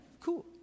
cool